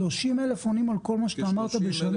30,000 עונים על כל מה שאתה אמרת בשנה?